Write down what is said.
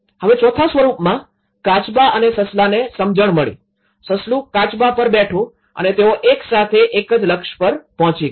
હવે ચોથા સ્વરુપમા કાચબા અને સસલાને સમજણ મળી સસલું કાચબા પર બેઠું અને તેઓ એક સાથે એક જ લક્ષ્ય પર પહોંચી ગયા